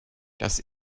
das